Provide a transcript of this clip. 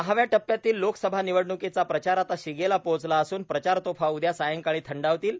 सहाव्या टप्प्यातील लोकसभा निवडण्कीचा प्रचार आता शिगेला पोहचला असून प्रचारतोफा उद्या सायंकाळी थंडावतील